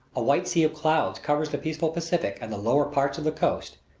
a white sea of clouds covers the peaceful pacific and the lower parts of the coast.